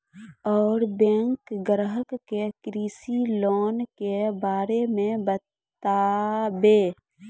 और बैंक ग्राहक के कृषि लोन के बारे मे बातेबे?